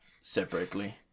separately